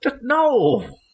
No